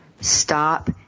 stop